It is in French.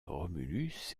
romulus